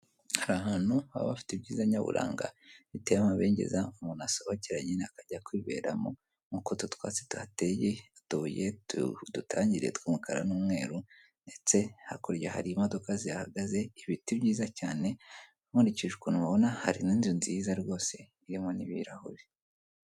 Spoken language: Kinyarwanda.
Hari ahantu haba hafite ibyiza nyaburanga biteye amabengeza umuntu asohokera nyine akajya kwiberamo, nk'uko utu twatsi tuhateye dutoye tuhatangirire tw'umukara n'umweru ndetse hakurya hari imodoka zihahagaze, hari ibiti byiza cyane nkurikije ukuntu mpabona hari n'inzu nziza rwose irimo n'ibirahure.